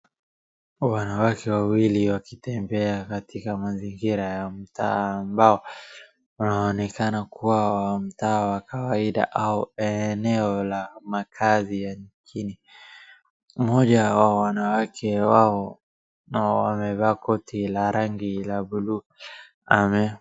Wanawake wawili wakitembea katika mazingira ya mtaa ambao naonekana kuwa mtaa wa kawaida au eneo la makazi ya nchini. Mmoja wa wanawake wao wamevaa koti la rangi la bluu. Ame..